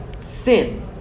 sin